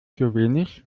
slowenisch